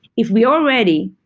if we already,